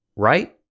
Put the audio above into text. Right